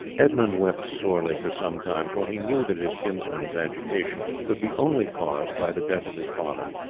edmund wept sorely for some time, for he knew that his kinsman's agitation could be only caused by the death of his father.